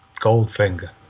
Goldfinger